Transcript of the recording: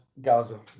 gaza